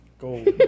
Gold